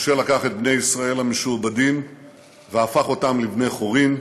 משה לקח את בני ישראל המשועבדים והפך אותם לבני חורין,